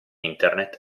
internet